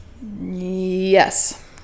Yes